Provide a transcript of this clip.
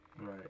Right